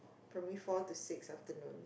primary four to six afternoon